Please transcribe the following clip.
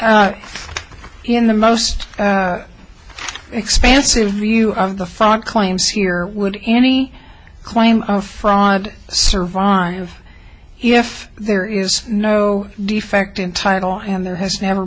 in the most expansive view of the fog claims here would any claim of fraud survive if there is no defect in title and there has never